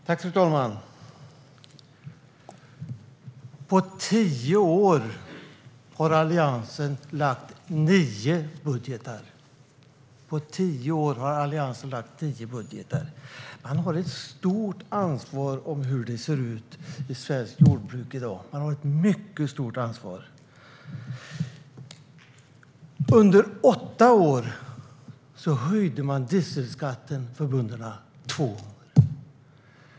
Fru talman! På tio år har Alliansen lagt fram nio budgetar. Man har ett mycket stort ansvar för hur det ser ut i svenskt jordbruk i dag. Under åtta år höjde man dieselskatten för bönderna två gånger.